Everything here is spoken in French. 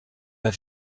pas